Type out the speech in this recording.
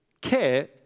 care